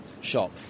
shop